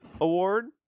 Award